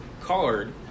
card